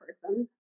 person